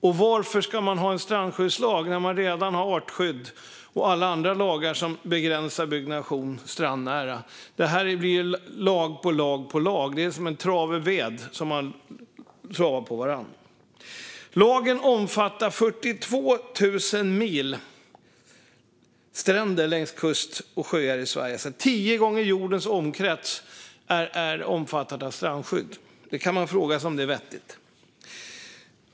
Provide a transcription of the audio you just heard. Och varför ska man ha en strandskyddslag när man redan har artskydd och alla andra lagar som begränsar byggnation strandnära? Det här blir lag på lag. Det är som en trave ved. Lagen omfattar 42 000 mil stränder längs kust och sjöar i Sverige. Tio gånger jordens omkrets omfattas av strandskydd. Man kan fråga sig om det är vettigt.